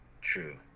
true